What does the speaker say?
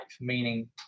meaning